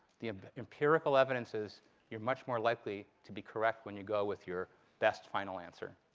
the empirical evidence is you're much more likely to be correct when you go with your best final answer.